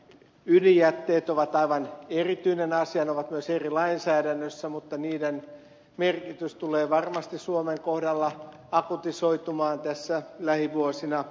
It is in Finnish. ydinjätteet ovat aivan erityinen asia ne ovat myös eri lainsäädännössä mutta niiden merkitys tulee varmasti suomen kohdalla akutisoitumaan tässä lähivuosina